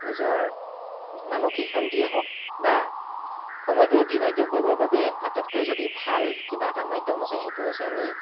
নিজৰ মানসিক শান্তিয়ে হওক বা সময়টো অতিবাহিত কৰিবৰ বাবে আটাইতকৈ যদি ভাল কিবা এটা মাধ্যম হৈছে সেইটো হৈছে আমি